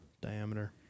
diameter